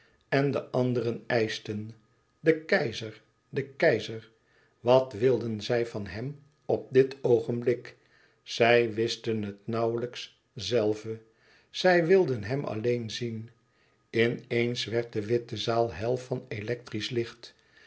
maar de anderen eischten de keizer de keizer wat wilden zij van hem op dit oogenblik zij wisten het nauwlijks zelve zij wilden hem alleen zien in eens werd de witte zaal hel van electrisch licht